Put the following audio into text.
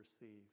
receive